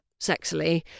sexily